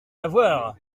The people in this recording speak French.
avoir